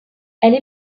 elle